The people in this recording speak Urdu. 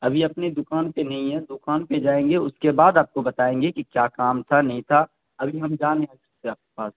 ابھی اپنی دوکان پہ نہیں ہیں دوکان پہ جائیں گے اس کے بعد آپ کو بتائیں گے کہ کیا کام تھا نہیں تھا ابھی ہم جا نہیں سکتے آپ کے پاس